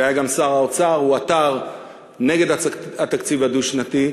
שהיה גם שר האוצר, עתר נגד התקציב הדו-שנתי.